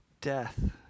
death